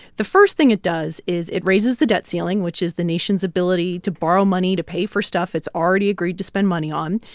the first thing it does is it raises the debt ceiling, which is the nation's ability to borrow money to pay for stuff it's already agreed to spend money on.